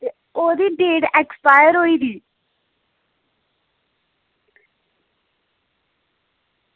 ते ओह्दी date expire होई दी